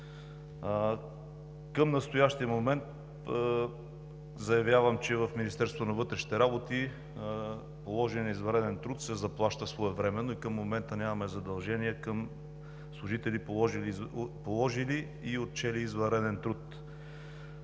Към настоящия момент заявявам, че в Министерството на вътрешните работи положеният извънреден труд се заплаща своевременно и към момента нямаме задължения към служители, положили и отчели извънреден труд.